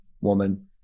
woman